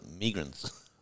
migrants